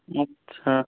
আচ্ছা